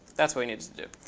that's what we needed to do.